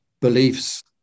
beliefs